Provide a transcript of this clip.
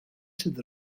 sydd